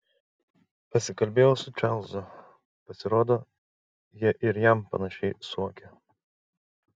pasikalbėjau su čarlzu pasirodo jie ir jam panašiai suokia